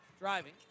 Driving